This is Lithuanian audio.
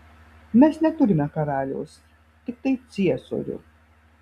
mes neturime karaliaus tiktai ciesorių